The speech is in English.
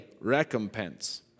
Recompense